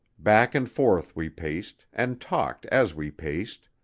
back and forth we paced, and talked as we paced,